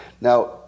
Now